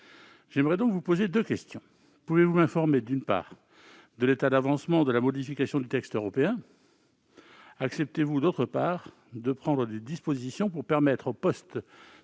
j'aimerais donc vous poser deux questions. Pouvez-vous m'informer, d'une part, de l'état d'avancement de la modification du texte européen ? Acceptez-vous, d'autre part, de prendre des dispositions pour permettre aux postes